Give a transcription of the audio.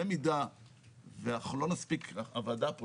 במידה שהוועדה פה,